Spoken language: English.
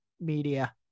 media